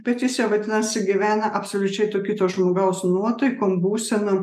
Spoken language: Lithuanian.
bet jis jau vadinasi gyvena absoliučiai to kito žmogaus nuotaikom būsenom